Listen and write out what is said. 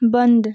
बंद